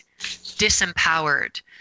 disempowered